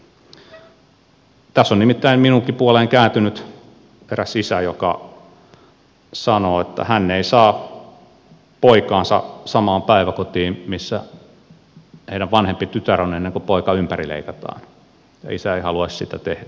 tässä on nimittäin minunkin puoleeni kääntynyt eräs isä joka sanoo että hän ei saa poikaansa samaan päiväkotiin missä heidän vanhempi tyttärensä on ennen kuin poika ympärileikataan ja isä ei haluaisi sitä tehdä